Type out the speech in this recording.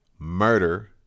Murder